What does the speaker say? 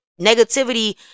negativity